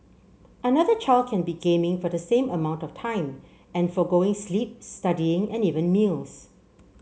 another child can be gaming for the same amount of time and forgoing sleep studying and even meals